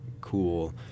cool